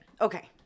okay